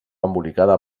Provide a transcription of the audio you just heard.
embolicada